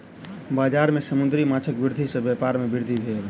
बजार में समुद्री माँछक वृद्धि सॅ व्यापार में वृद्धि भेल